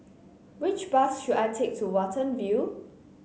which bus should I take to Watten View